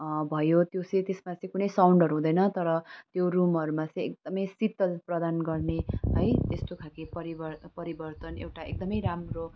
भयो त्यसमा चाहिँ कुनै साउन्डहरू हुँदैन तर त्यो रुमहरूमा चाहिँ एकदमै शीतल प्रदान गर्ने है त्यस्तो खालके परिवर्तन परिवर्तन एउटा एकदमै राम्रो